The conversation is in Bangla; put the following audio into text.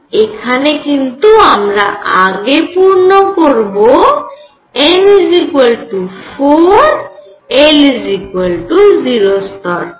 এখানে কিন্তু আমরা আগে পূর্ণ করব n 4 l 0 স্তর কে